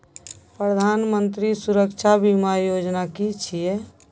प्रधानमंत्री सुरक्षा बीमा योजना कि छिए?